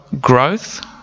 growth